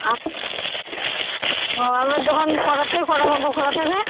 আ ও আপনার দোকান কটার থেকে কটা পর্যন্ত খোলা থাকে